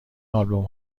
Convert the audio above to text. آلبوم